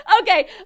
okay